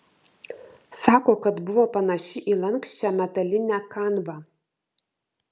sako kad buvo panaši į lanksčią metalinę kanvą